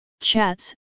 chats